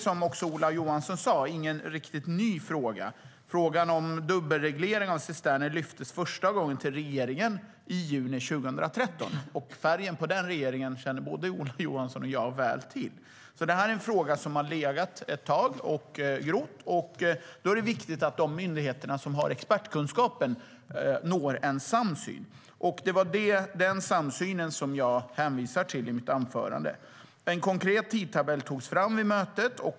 Som Ola Johansson sa är det här inte någon ny fråga. Frågan om dubbelreglering när det gäller cisterner lyftes första gången till regeringen i juni 2013. Färgen på den regeringen känner både Ola Johansson och jag väl till. Det här är alltså en fråga som har legat och grott ett tag. Då är det viktigt att de myndigheter som har expertkunskapen når en samsyn. Det var den samsynen som jag hänvisade till i mitt anförande. En konkret tidtabell togs fram vid mötet.